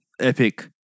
Epic